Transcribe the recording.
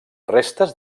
restes